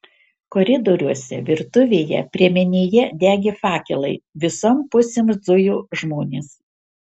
koridoriuose virtuvėje priemenėje degė fakelai visom pusėm zujo žmonės